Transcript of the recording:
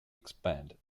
expanded